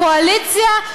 הקואליציה,